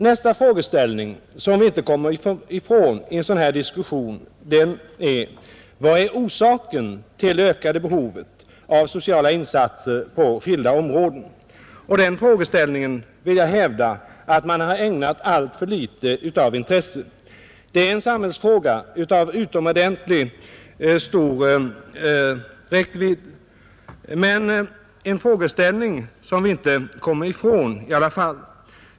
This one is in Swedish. Nästa frågeställning som vi inte kommer ifrån i en sådan här diskussion är: Vad är orsaken till det ökade behovet av sociala insatser på skilda områden? Och den frågeställningen vill jag hävda att man har ägnat alltför litet av intresse, Det är en samhällsangelägenhet av utomordentligt stor räckvidd och en frågeställning som vi inte kommer ifrån.